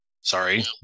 Sorry